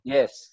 Yes